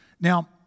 Now